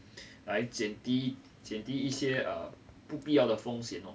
来减低减低一些不必要的风险 loh